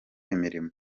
imirimo